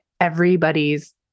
everybody's